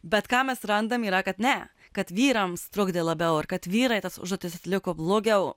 bet ką mes randam yra kad ne kad vyrams trukdė labiau ir kad vyrai tas užduotis atliko blogiau